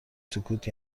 سکوت